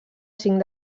cinc